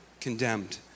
condemned